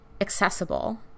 accessible